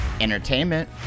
Entertainment